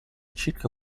circa